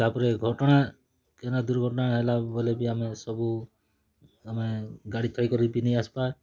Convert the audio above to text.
ତା'ପରେ ଘଟଣା କେନ ଦୁର୍ଘଟଣା ହେଲାବେଲେ ବି ଆମେ ସବୁ ଆମେ ଗାଡ଼ି ଥୋଇକରି ପିନ୍ଧିକି ଆସିବା